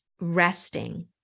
resting